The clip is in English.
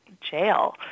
jail